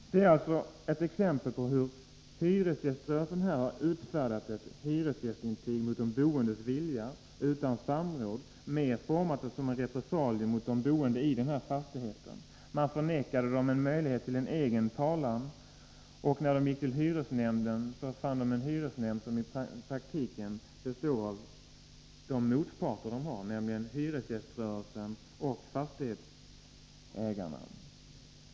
Detta är alltså ett exempel på hur hyresgäströrelsen har utfärdat ett hyresgästintyg mot de boendes vilja, utan samråd, och mer format det som en repressalie mot de boende i den här fastigheten. Man förnekade dem möjligheten att föra sin egen talan. När de gick till hyresnämnden, fann de en hyresnämnd som i praktiken bestod av deras motparter, nämligen hyresgäströrelsen och fastighetsägarna.